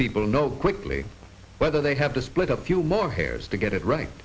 people know quickly whether they have to split up a few more hairs to get it right